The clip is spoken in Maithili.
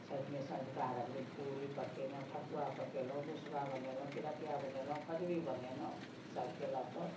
छठिमे सँझुका अर्घ दिन पूड़ी पकेलोँ ठकुआ पकेलोँ भुसबा बनेलोँ पिरुकिआ बनेलोँ खौजरी बनेलोँ सबके लऽ कऽ